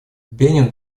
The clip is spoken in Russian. бенин